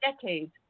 decades